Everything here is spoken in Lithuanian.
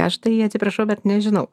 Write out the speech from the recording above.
aš tai atsiprašau bet nežinau